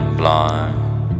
blind